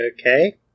Okay